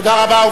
תודה רבה.